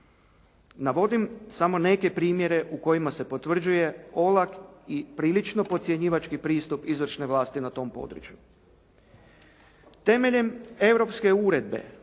Navodim samo neke primjere u kojima se potvrđuje olak i prilično podcjenjivački pristup izvršne vlasti na tom području. Temeljem europske Uredbe